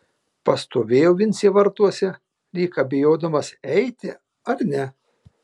pastovėjo vincė vartuose lyg abejodamas eiti ar ne